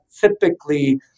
typically